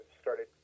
started